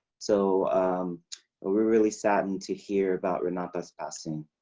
so um ah we're really sad and to hear about renata's passing.